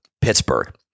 Pittsburgh